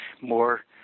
more